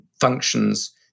functions